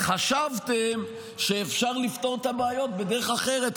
וחשבתם שאפשר לפתור את הבעיות בדרך אחרת,